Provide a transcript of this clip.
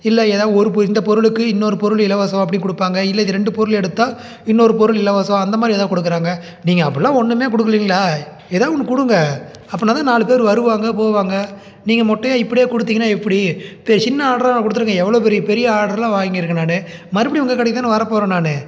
இல்லை எதாது ஒரு பொரு இந்த பொருளுக்கு இன்னொரு பொருள் இலவசம் அப்படி கொடுப்பாங்க இல்லை இந்த ரெண்டு பொருள் எடுத்தால் இன்னொரு பொருள் இலவசம் அந்த மாதிரி எதா கொடுக்குறாங்க நீங்கள் அப்புடிலாம் ஒன்றுமே கொடுக்குலீங்களா எதாது ஒன்று கொடுங்க அப்புடின்னா தான் நாலு பேர் வருவாங்க போவாங்க நீங்கள் மொட்டையா இப்படி கொடுத்தீங்கனா எப்படி பெ சின்ன ஆர்டராக கொடுத்துருங்க எவ்வளோ பெரிய பெரிய ஆர்டருலாம் வாங்கியிருக்கேன் நானு மறுபடி உங்கள் கடைக்கு தான் வர போகிறேன் நான்